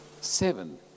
seven